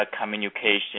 communication